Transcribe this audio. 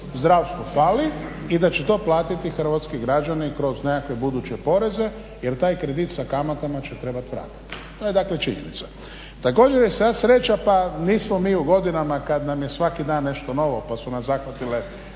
zdravstvu fali i da će to platiti hrvatski građani kroz nekakve budeće poreze jer taj kredit sa kamatama će trebati vratiti. To je dakle činjenica. Također je sva sreća pa nismo mi u godinama kad nam je svaki dan nešto novo pa su nas zahvatile